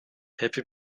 happy